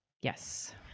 Yes